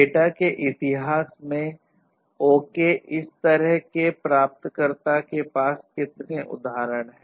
data के इतिहास में ओके इस तरह के प्राप्तकर्ता के पास कितने उदाहरण हैं